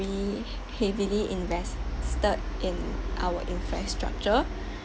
heavily invested in our infrastructure